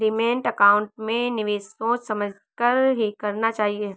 demat account में निवेश सोच समझ कर ही करना चाहिए